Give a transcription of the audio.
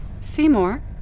Seymour